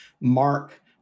mark